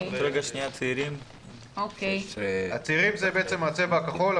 הצעירים אלו הצבעים כחול,